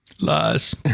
lies